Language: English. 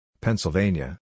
Pennsylvania